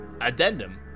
Addendum